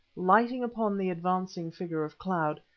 lighting upon the advancing figure of cloud,